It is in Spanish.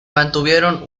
mantuvieron